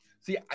See